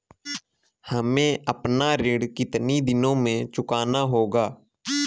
हमें अपना ऋण कितनी दिनों में चुकाना होगा?